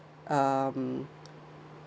um